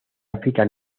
áfrica